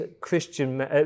Christian